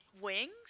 wings